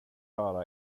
höra